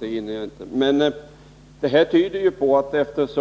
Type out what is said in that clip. Tydligen kan Anders